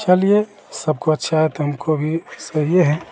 चलिए सबको अच्छा है तो हमको भी सही है